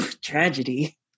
Tragedy